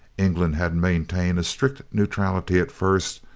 england had maintained a strict neutrality at first,